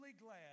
glad